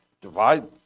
divide